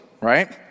right